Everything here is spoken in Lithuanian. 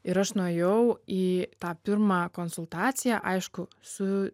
ir aš nuėjau į tą pirmą konsultaciją aišku su